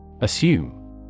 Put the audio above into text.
Assume